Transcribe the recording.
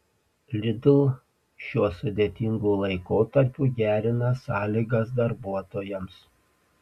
lidl šiuo sudėtingu laikotarpiu gerina sąlygas darbuotojams